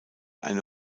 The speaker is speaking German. eine